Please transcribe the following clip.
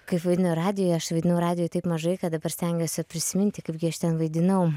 kaip vaidinu radijuje aš vaidinau radijuj taip mažai kad dabar stengiuosi prisiminti kaipgi aš ten vaidinau